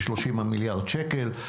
ב-30 מיליארד השקלים.